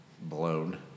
blown